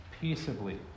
peaceably